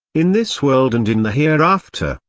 in this world and in the hereafter,